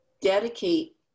dedicate